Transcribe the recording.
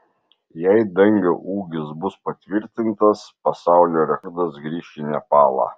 jei dangio ūgis bus patvirtintas pasaulio rekordas grįš į nepalą